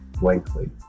blankly